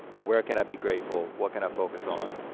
where can i be grateful? what can i focus on?